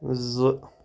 زٕ